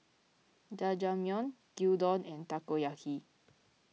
Jajangmyeon Gyudon and Takoyaki